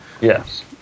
Yes